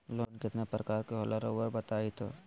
Loan कितने पारकर के होला रऊआ बताई तो?